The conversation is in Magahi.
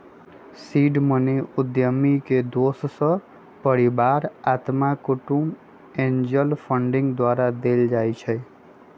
सीड मनी उद्यमी के दोस सभ, परिवार, अत्मा कुटूम्ब, एंजल फंडिंग द्वारा देल जाइ छइ